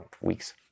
weeks